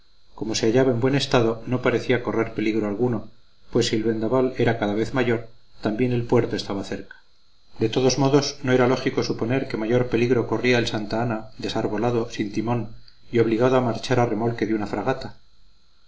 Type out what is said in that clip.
como se hallaba en buen estado no parecía correr peligro alguno pues si el vendaval era cada vez mayor también el puerto estaba cerca de todos modos no era lógico suponer que mayor peligro corría el santa ana desarbolado sin timón y obligado a marchar a remolque de una fragata